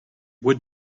would